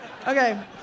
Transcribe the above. Okay